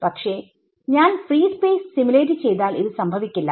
പക്ഷെ ഞാൻ free space simulate ചെയ്താൽ ഇത് സംഭവിക്കില്ല